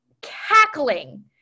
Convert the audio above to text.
cackling